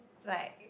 like